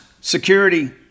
Security